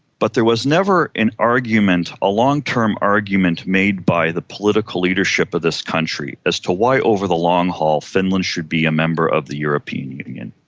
but there was never and a longterm argument made by the political leadership of this country as to why over the long haul finland should be a member of the european union.